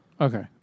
Okay